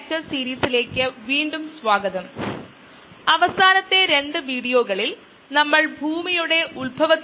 മുമ്പത്തെ മൊഡ്യൂളിൽ കണ്ട സാധാരണ ബയോ റിയാക്ടർ ഓപ്പറേറ്റിംഗ് മോഡുകൾ ആദ്യം നമുക്ക് ഓർമ്മിക്കാം